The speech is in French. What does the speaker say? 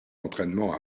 entraînements